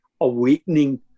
awakening